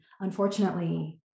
Unfortunately